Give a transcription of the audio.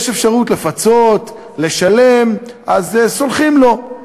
יש אפשרות לפצות, לשלם, ואז סולחים לו.